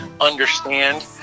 understand